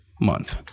month